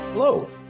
Hello